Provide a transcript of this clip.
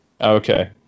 okay